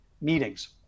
meetings